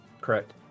Correct